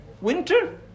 winter